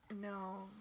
No